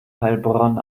heilbronn